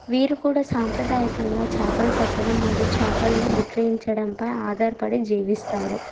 వీరు కూడా సాంప్రదాయకంగా చేపలు పట్టడం మరియు చేపలును విక్రయించడంపై ఆధారపడి జీవిస్తారు